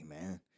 man